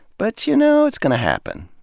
but you know, it's gonna happen.